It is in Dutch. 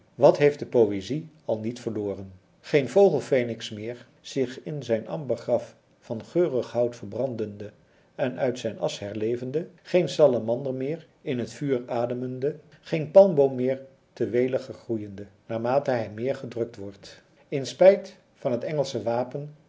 wat heeft de poëzie al niet verloren geen vogel feniks meer zich in zijn ambergraf van geurig hout verbrandende en uit zijn asch herlevende geen salamander meer in het vuur ademende geen palmboom meer te weliger groeiende naarmate hij meer gedrukt wordt in spijt van het engelsche wapen